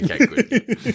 Okay